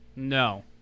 No